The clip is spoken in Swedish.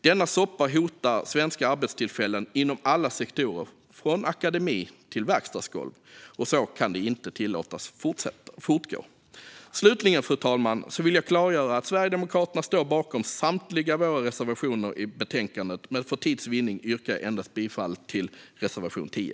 Denna soppa hotar svenska arbetstillfällen inom alla sektorer, från akademi till verkstadsgolv, och så kan det inte tillåtas fortgå. Slutligen, fru talman, vill jag klargöra att Sverigedemokraterna står bakom samtliga våra reservationer i betänkandet, men för tids vinnande yrkar jag bifall endast till reservation 10.